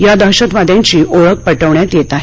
या दहशतवाद्यांची ओळख पटवण्यात येत आहे